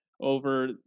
over